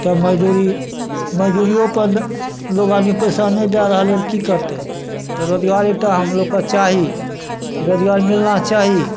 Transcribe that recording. तऽ मजदूरी मजदूरियोपरमे लोग आदमी पैसा नहि दए रहलै की करतै तऽ रोजगार एतऽ हमरोके चाही रोजगार मिलना चाही